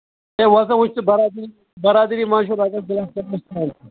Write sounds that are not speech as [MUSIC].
ہَے وَلہٕ سا وُچھ ژٕ برادٔری برادٔری منٛز چھُ لگان [UNINTELLIGIBLE]